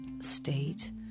state